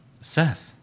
Seth